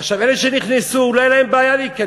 עכשיו, אלה שנכנסו, לא הייתה להם בעיה להיכנס.